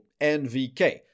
NVK